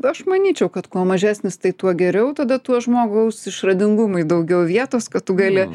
aš manyčiau kad kuo mažesnis tai tuo geriau tada tuo žmogaus išradingumui daugiau vietos kad tu gali